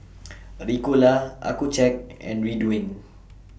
Ricola Accucheck and Ridwind